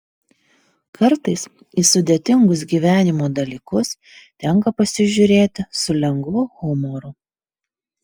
kartais į sudėtingus gyvenimo dalykus tenka pasižiūrėti su lengvu humoru